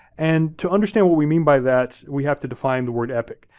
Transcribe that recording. and to understand what we mean by that, we have to define the word epic,